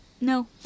no